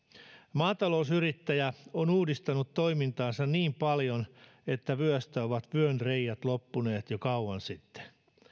maatalousyrittäjä on uudistanut toimintaansa niin paljon että vyöstä ovat vyönreiät loppuneet jo kauan sitten